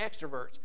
extroverts